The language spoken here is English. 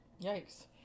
Yikes